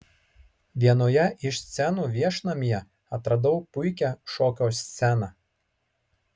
vienoje iš scenų viešnamyje atradau puikią šokio sceną